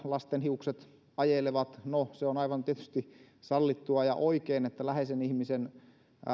lasten hiukset ajelevat no se on tietysti aivan sallittua ja oikein että läheisen ihmisen